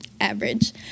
average